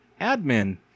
Admin